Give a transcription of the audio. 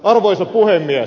arvoisa puhemies